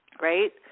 right